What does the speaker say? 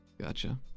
Gotcha